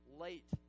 late